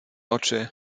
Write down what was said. oczy